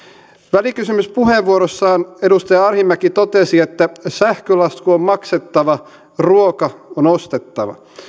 välikysymyspuheenvuorossaan edustaja arhinmäki totesi että sähkölasku on maksettava ruoka on ostettava